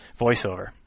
VoiceOver